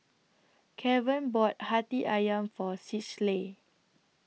Kevon bought Hati Ayam For Schley